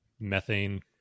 methane